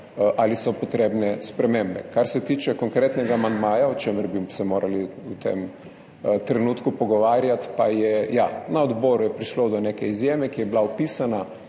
ali so potrebne spremembe. Kar se tiče konkretnega amandmaja, o čemer bi se morali v tem trenutku pogovarjati, ja, na odboru je prišlo do neke izjeme, ki je bila vpisana.